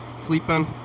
sleeping